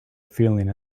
feeling